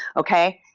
okay?